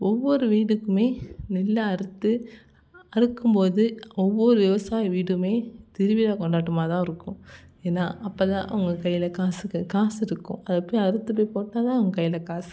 ஒவ்வொரு வீட்டுக்குமே நெல் அறுத்து அறுக்கும்போது ஒவ்வொரு விவாசாயி வீடுமே திருவிழா கொண்டாட்டமாகதான் இருக்கும் ஏன்னா அப்போதான் அவங்க கையில் காசு காசு இருக்கும் அதை போய் அறுத்துட்டு போட்டால்தான் அவங்க கையில் காசு